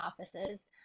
offices